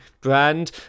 brand